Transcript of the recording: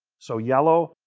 so, yellow,